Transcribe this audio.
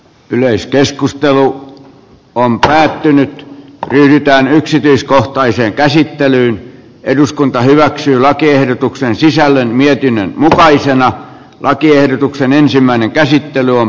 yleiskeskustelu on päättynyt yhtään yksityiskohtaiseen käsittelyyn eduskunta hyväksyi lakiehdotuksen sisällön mietinnön tällaisen lakiehdotuksen ensimmäinen käsittely on